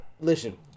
Listen